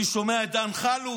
אני שומע את דן חלוץ,